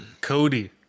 Cody